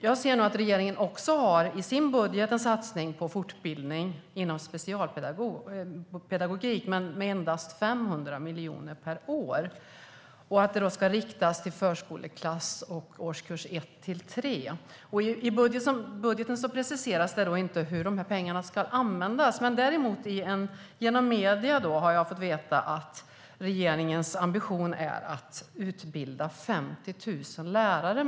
Jag ser att regeringen i sin budget också har en satsning på fortbildning inom specialpedagogik men med endast 500 miljoner per år, och det ska riktas till förskoleklass och årskurs 1-3. I budgeten preciseras inte hur de här pengarna ska användas, men genom medierna har jag fått veta att regeringens ambition är att utbilda 50 000 lärare.